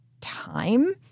time